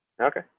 Okay